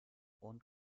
und